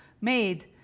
made